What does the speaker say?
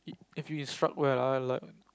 if you instruct well ah I like